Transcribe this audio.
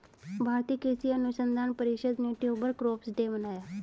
भारतीय कृषि अनुसंधान परिषद ने ट्यूबर क्रॉप्स डे मनाया